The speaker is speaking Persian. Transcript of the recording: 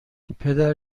پدر